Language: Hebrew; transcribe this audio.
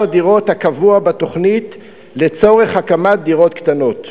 דירות הקבוע בתוכנית לצורך הקמת דירות קטנות.